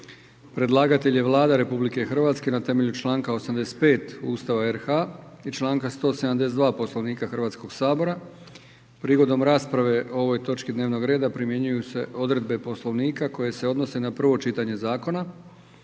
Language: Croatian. Predlagatelj je Vlada RH na temelju članka 85 Ustava i članka 172 Poslovnika Hrvatskog sabora. Prigodom rasprave o ovoj točki dnevnog reda primjenjuju se odredbe Poslovnika koje se odnose na prvo čitanje zakona.